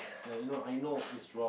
like you know I know is throughout